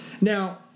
Now